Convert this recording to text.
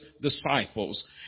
disciples